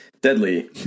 deadly